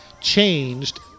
changed